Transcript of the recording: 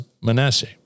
Manasseh